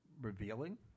revealing